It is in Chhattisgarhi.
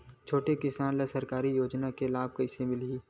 छोटे किसान ला सरकारी योजना के लाभ कइसे मिलही?